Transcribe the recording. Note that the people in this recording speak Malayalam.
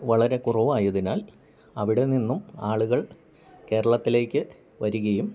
വളരെ കുറവായതിനാൽ അവിടെ നിന്നും ആളുകൾ കേരളത്തിലേക്കു വരികയും